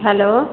hello